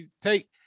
Take